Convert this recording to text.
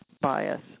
bias